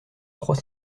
trois